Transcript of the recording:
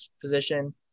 position